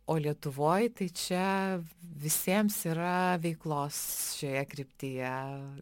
o lietuvoj tai čia visiems yra veiklos šioje kryptyje